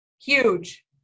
Huge